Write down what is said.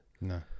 no